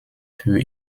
für